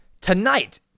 tonight